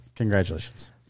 Congratulations